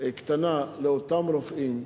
קטנה לאותם רופאים.